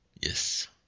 Yes